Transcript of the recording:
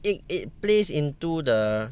it it plays into the